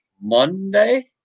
Monday